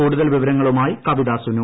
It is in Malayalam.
കൂടുതൽ വിവരങ്ങളുമായി കവിതസുനു